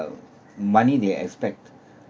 money they expect